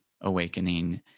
awakening